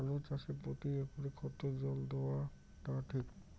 আলু চাষে প্রতি একরে কতো জল দেওয়া টা ঠিক?